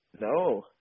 No